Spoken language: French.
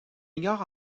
ignore